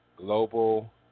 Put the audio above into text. global